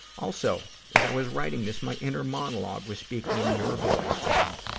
also, as i was writing this, my inner monologue was speaking in your voice, paul,